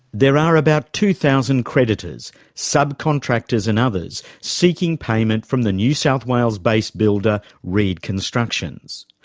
there are about two thousand creditors subcontractors and others seeking payment from the new south wales-based builder, reed constructions.